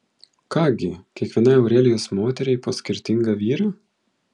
ką gi kiekvienai aurelijos moteriai po skirtingą vyrą